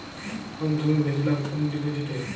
কম সময়ে বেশি লাভ কোন ডিপোজিটে?